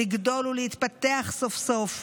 לגדול ולהתפתח סוף-סוף,